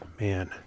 Man